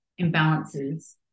imbalances